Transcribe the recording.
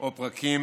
או פרקים